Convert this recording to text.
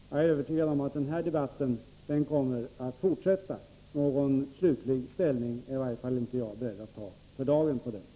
Jag är övertygad om att denna debatt kommer att fortsätta. För dagen är i varje fall inte jag beredd att ta någon slutlig ställning.